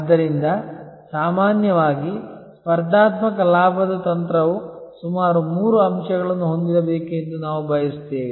ಆದ್ದರಿಂದ ಸಾಮಾನ್ಯವಾಗಿ ಸ್ಪರ್ಧಾತ್ಮಕ ಲಾಭದ ತಂತ್ರವು ಸುಮಾರು ಮೂರು ಅಂಶಗಳನ್ನು ಹೊಂದಿರಬೇಕು ಎಂದು ನಾವು ಬಯಸುತ್ತೇವೆ